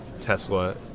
Tesla